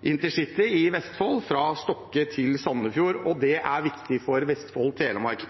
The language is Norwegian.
intercity i Vestfold, fra Stokke til Sandefjord. Det er viktig for Vestfold og Telemark.